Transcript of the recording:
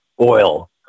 oil